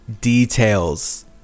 details